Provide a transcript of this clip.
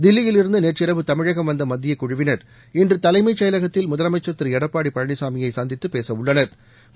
தில்லியிலிருந்து நேற்றிரவு தமிழகம் வந்த மத்திய குழுவினர் இன்று தலைமைசெயலகத்தில் முதலமைச்சள் திரு எடப்பாடி பழனிசாமியை சந்தித்து பேச உள்ளனா்